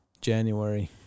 January